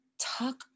talk